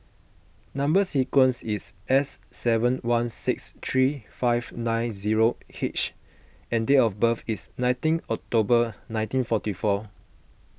Number Sequence is S seven one six three five nine zero H and date of birth is nineteen October nineteen forty four